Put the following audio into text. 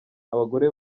abagore